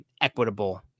equitable